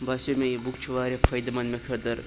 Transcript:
باسیو مےٚ یہِ بُک چھُ واریاہ فٲیدٕ منٛد مےٚ خٲطٕر